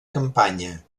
campanya